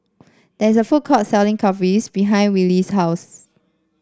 there is a food court selling Kulfi behind Willie's house